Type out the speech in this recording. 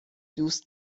دوست